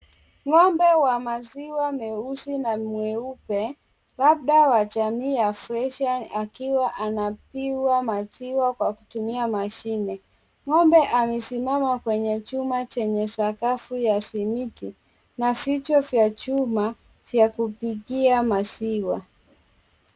Ng'ombe wa maziwa mweusi na mweupe, labda wa jamii ya Fresian akiwa anapigwa maziwa kwa kutumia mashine. Ng'ombe amesimama kwenye chuma chenye sakafu ya simiti na vichwa vya chuma vya kupigia maziwa.